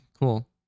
cool